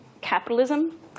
capitalism